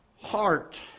heart